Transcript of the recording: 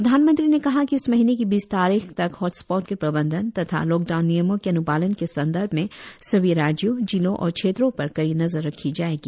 प्रधानमंत्री ने कहा कि इस महीने की बीस तारीख तक हॉट स्पॉट के प्रबंधन तथा लॉकडाउन नियमों के अन्पालन के संदर्भ में सभी राज्यों जिलों और क्षेत्रों पर कड़ी नजर रखी जायेगी